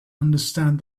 understand